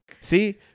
See